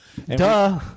Duh